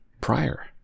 prior